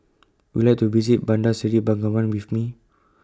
Would YOU like to visit Bandar Seri Begawan with Me